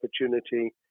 opportunity